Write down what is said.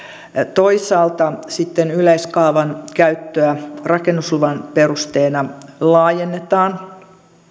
toisaalta yleiskaavan käyttöä rakennusluvan perusteena laajennetaan